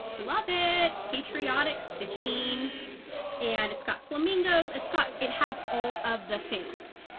love it. patriotic stitching and it's got flamingos it's got it has all of the things